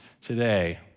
today